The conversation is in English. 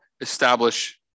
establish